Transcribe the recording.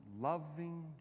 loving